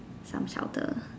some shelter